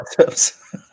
tips